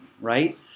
right